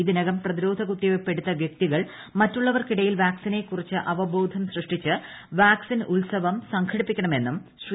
ഇതിനകം പ്രപ്പതിരോധ കുത്തിവയ്പ്പ് എടുത്ത വൃക്തികൾ മറ്റുള്ളവർക്കീട്ടിയിൽ വാക്സിനെക്കുറിച്ച് അവബോധം സൃഷ്ടിച്ച് വാക്സിൻ ഉത്സവം സംഘടിപ്പിക്കണമെന്നും ശ്രീ